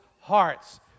hearts